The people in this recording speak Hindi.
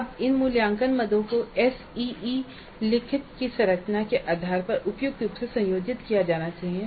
अब इन मूल्यांकन मदों को एसईई लिखत की संरचना के आधार पर उपयुक्त रूप से संयोजित किया जाना चाहिए